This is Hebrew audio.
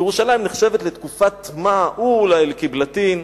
ירושלים נחשבת לתקופת מה אולא אל-קבלתיין,